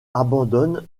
abandonne